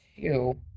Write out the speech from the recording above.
two